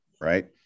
right